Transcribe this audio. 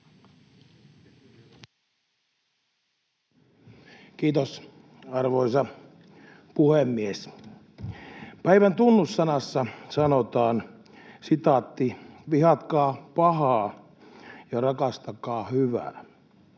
Kiitos, arvoisa puhemies! Päivän Tunnussanassa sanotaan: "Vihatkaa pahaa ja rakastakaa hyvää.